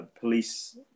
police